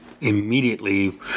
immediately